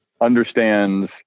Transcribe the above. understands